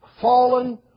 fallen